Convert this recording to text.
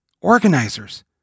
organizers